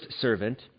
servant